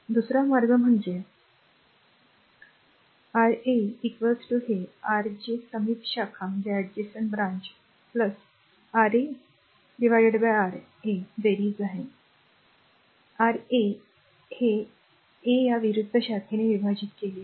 दुसरा मार्ग म्हणजे Ra हे R जे समीप शाखा a R a a R a बेरीज आहे a R a हे a या विरूद्ध शाखेने विभाजित केले आहे